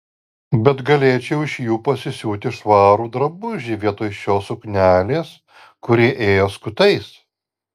bet galėčiau iš jų pasisiūti švarų drabužį vietoj šios suknelės kuri ėjo skutais